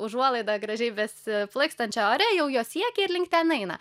užuolaidą gražiai besiplaikstančią ore jau jos siekia ir link ten eina